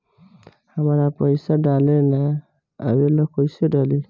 हमरा पईसा डाले ना आवेला कइसे डाली?